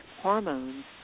hormones